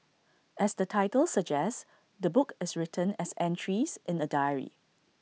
as the title suggests the book is written as entries in A diary